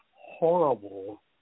horrible